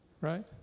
Right